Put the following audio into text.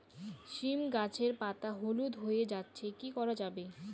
সীম গাছের পাতা হলুদ হয়ে যাচ্ছে কি করা যাবে?